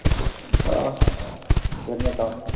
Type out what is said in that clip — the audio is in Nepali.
अँ फोनमा त हो नि